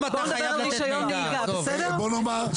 בוא נאמר,